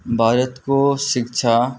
भारतको शिक्षा